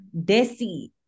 Desi